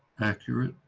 accurate,